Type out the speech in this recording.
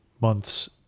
month's